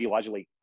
ideologically